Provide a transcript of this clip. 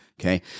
okay